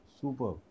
Super